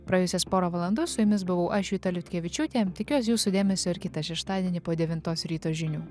praėjusias porą valandų su jumis buvau aš juta liutkevičiūtė tikiuos jūsų dėmesio ir kitą šeštadienį po devintos ryto žinių